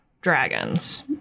dragons